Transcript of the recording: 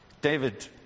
David